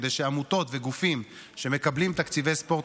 כדי שעמותות וגופים שמקבלים תקציבי ספורט